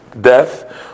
death